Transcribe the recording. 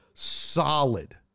solid